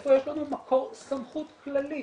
איפה יש לנו מקור סמכות כללית?